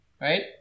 right